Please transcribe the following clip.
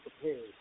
prepared